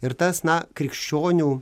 ir tas na krikščionių